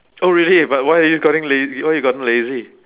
oh really but why are you lazy why you gotten lazy